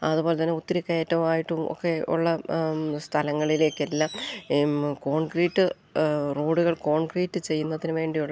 അതുപോലെ തന്നെ ഒത്തിരി കയറ്റമായിട്ടുമൊക്കെയുള്ള സ്ഥലങ്ങളിലേക്കെല്ലാം കോൺക്രീറ്റ് റോഡുകൾ കോൺക്രീറ്റ് ചെയ്യുന്നതിന് വേണ്ടിയുള്ള